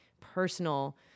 personal